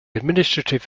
administrative